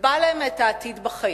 יקבע להם את העתיד בחיים.